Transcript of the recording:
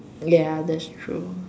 ya that's true